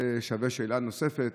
זה שווה שאלה נוספת,